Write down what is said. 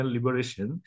Liberation